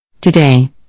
Today